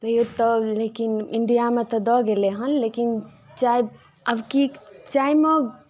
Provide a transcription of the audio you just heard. तैओ तऽ लेकिन इंडियामे तऽ दऽ गेलै हन लेकिन चाय आब की चायमे